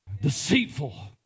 Deceitful